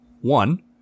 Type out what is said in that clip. One